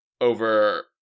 over